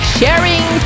sharing